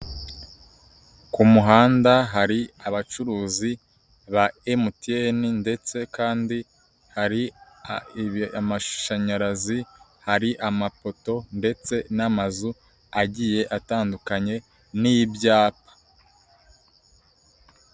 Ku muhanda hari abacuruzi ba MTN ndetse kandi hari amashanyarazi, hari amapoto ndetse n'amazu agiye atandukanye n'ibyapa.